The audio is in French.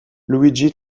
luigi